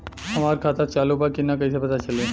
हमार खाता चालू बा कि ना कैसे पता चली?